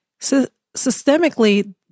systemically